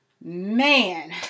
man